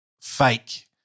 fake